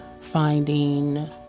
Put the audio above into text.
finding